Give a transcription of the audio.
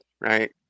Right